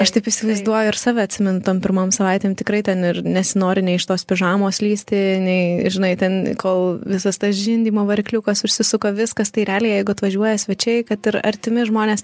aš taip įsivaizduoju ir save atsimenu tom pirmom savaitėm tikrai ten ir nesinori nei iš tos pižamos lįsti nei žinai ten kol visas tas žindymo varikliukas užsisuka viskas tai realiai jeigu atvažiuoja svečiai kad ir artimi žmonės